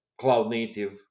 cloud-native